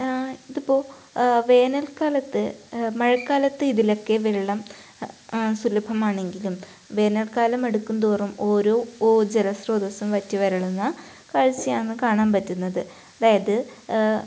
ഇതിപ്പോൾ വേനൽക്കാലത്ത് മഴക്കാലത്ത് ഇതിലൊക്കെ വെള്ളം സുലഭമാണെങ്കിലും വേനൽക്കാലം അടുക്കും തോറും ഓരോ ഓ ജലസ്രോതസ്സും വറ്റി വരളുന്ന കാഴ്ചയാണ് കാണാൻ പറ്റുന്നത് അതായത്